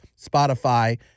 Spotify